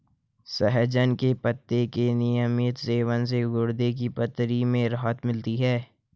सहजन के पत्ते के नियमित सेवन से गुर्दे की पथरी में राहत मिलती है